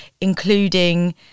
including